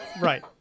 Right